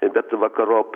bet vakarop